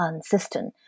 system